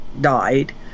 died